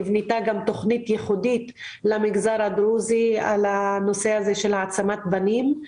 נבנתה גם תכנית ייחודית למגזר הדרוזי בנושא הזה של העצמת בנים.